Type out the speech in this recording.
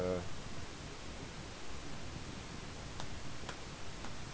uh